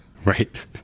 Right